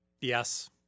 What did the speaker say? Yes